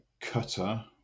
Cutter